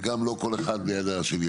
וגם לא כל אחד ליד השני.